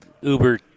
Uber